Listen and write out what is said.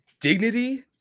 dignity